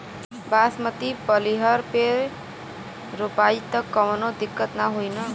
बासमती पलिहर में रोपाई त कवनो दिक्कत ना होई न?